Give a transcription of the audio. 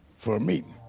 for a meeting.